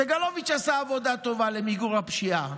סגלוביץ' עשה עבודה טובה למיגור הפשיעה.